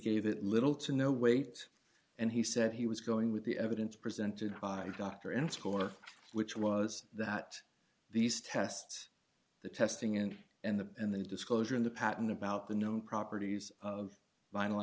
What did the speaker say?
gave it little to no weight and he said he was going with the evidence presented ha to dr in score which was that these tests the testing in and the and the disclosure in the patent about the known properties of vinyl